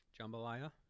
jambalaya